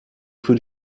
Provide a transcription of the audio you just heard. für